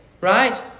right